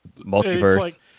Multiverse